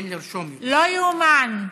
לא יאומן.